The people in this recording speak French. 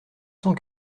cent